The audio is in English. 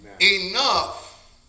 Enough